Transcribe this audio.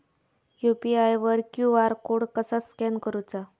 UPI वर QR code कसा scan करूचा?